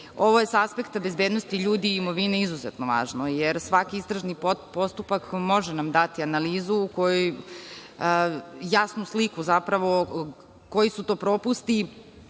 Ovo je sa aspekta bezbednosti ljudi i imovine izuzetno važno jer svaki istražni postupak može nam dati analizu, jasnu sliku zapravo, koji su to propusti